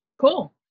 Cool